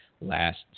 last